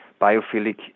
biophilic